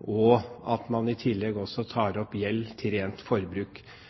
og i tillegg tar opp lån til rent forbruk. Også